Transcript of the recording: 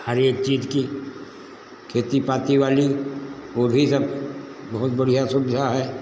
हर एक चीज की खेती पाती वाली वो भी सब बहुत बढ़िया सुविधा है